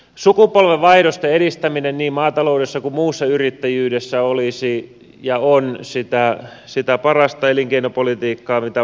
sukupolvenvaihdosten edistäminen niin maataloudessa kuin muussa yrittäjyydessä olisi ja on sitä parasta elinkeinopolitiikkaa mitä voi olla